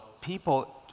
people